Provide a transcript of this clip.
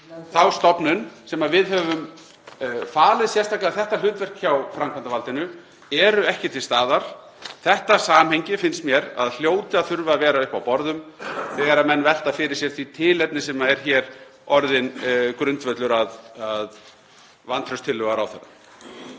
þá stofnun sem við höfum falið sérstaklega þetta hlutverk hjá framkvæmdarvaldinu eru ekki til staðar. Þetta samhengi finnst mér að hljóti að þurfa að vera uppi á borðum þegar menn velta fyrir sér því tilefni sem er hér orðið grundvöllur að vantrauststillögu á ráðherra.